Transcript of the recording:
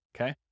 okay